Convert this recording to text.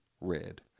red